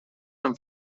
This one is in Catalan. amb